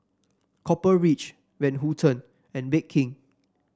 Copper Ridge Van Houten and Bake King